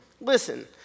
listen